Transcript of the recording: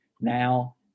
now